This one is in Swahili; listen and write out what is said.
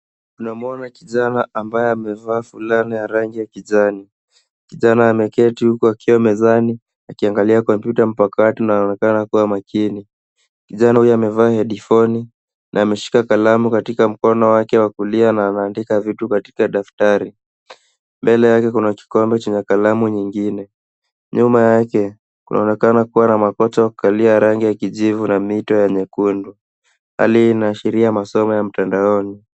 Tunamwona kijana ambaye amevaa fulana ya rangi ya kijani. Kijana ameketi huku akiwa mezani akiangalia komputa mpakato na anaonekana kuwa makini. Kijana huyu amevaa hedifoni na ameshika kalamu katika mkono wake wa kulia na anaandika vitu katika daftari. Mbele yake kuna kikombe chenye kalamu nyingine. Nyuma yake kunaonekana kuwa na makoto ya kukalia ya rangi ya kijivu na mito ya nyekundu. Hali hii inaashiria masomo ya mtandaoni.